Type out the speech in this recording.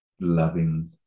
loving